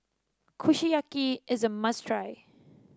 Kushiyaki is a must try